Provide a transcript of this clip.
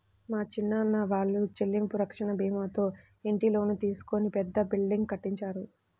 మా చిన్నాన్న వాళ్ళు చెల్లింపు రక్షణ భీమాతో ఇంటి లోను తీసుకొని పెద్ద బిల్డింగ్ కట్టించారు